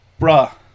Bruh